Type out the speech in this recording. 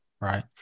Right